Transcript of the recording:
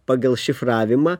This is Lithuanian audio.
pagal šifravimą